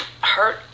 hurt